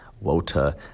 Water